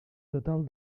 total